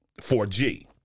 4G